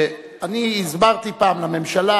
אני הסברתי פעם לממשלה,